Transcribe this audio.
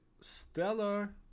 stellar